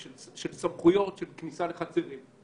לגבי סמכויות כניסה לחצרים.